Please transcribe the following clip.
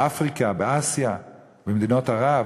באפריקה, באסיה, במדינות ערב.